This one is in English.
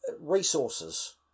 resources